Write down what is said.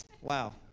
Wow